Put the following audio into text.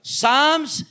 Psalms